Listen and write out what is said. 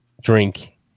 drink